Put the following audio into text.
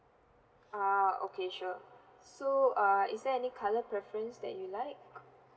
ah okay sure so uh is there any colour preference that you like